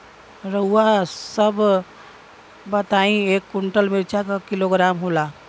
रउआ सभ बताई एक कुन्टल मिर्चा क किलोग्राम होला?